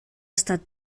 estat